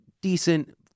decent